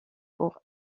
pour